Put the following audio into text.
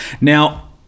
Now